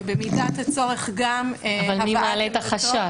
ובמידת הצורך גם הבאת --- מי מעלה את החשש?